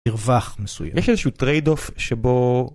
מרווח מסוים. יש איזו שהיא התפשרות שבה